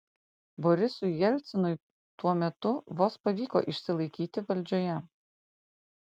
borisui jelcinui tuo metu vos pavyko išsilaikyti valdžioje